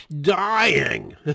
dying